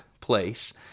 place